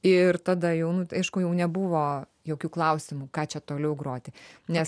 ir tada jau nu tai aišku jau nebuvo jokių klausimų ką čia toliau groti nes